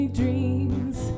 dreams